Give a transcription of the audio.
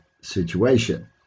situation